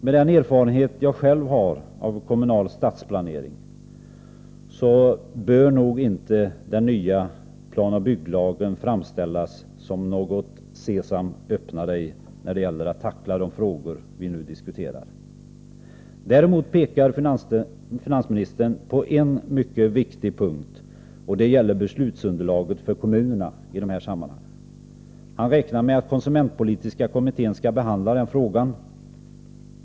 Med den erfarenhet jag själv har av kommunal stadsplanering vill jag nog påstå att den nya planoch bygglagen inte bör framställas som något ”Sesam öppna dig” när det gäller att tackla de frågor vi nu diskuterar. Däremot pekar finansministern på en mycket viktig punkt, nämligen beslutsunderlaget för kommunerna i dessa sammanhang. Han räknar med att konsumentpolitiska kommittén skall behandla den frågan.